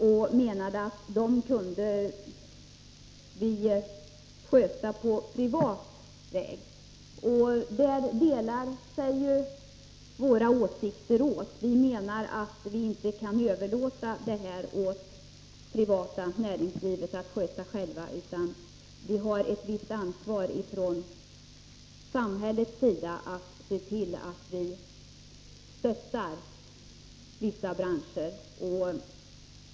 Han menade att de kunde skötas på privat väg. Där skiljer sig våra åsikter åt. Vi menar att man inte kan överlåta detta åt det privata näringslivet att sköta, utan vi har ett visst ansvar att se till att vi från samhällets sida stöttar vissa branscher.